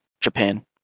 Japan